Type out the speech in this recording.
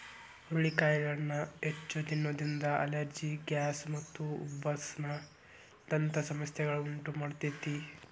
ಹುರಳಿಕಾಳನ್ನ ಹೆಚ್ಚ್ ತಿನ್ನೋದ್ರಿಂದ allergy, gas ಮತ್ತು ಉಬ್ಬಸ ದಂತ ಸಮಸ್ಯೆಗಳನ್ನ ಉಂಟಮಾಡ್ತೇತಿ